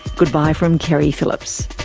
goodbye from keri phillips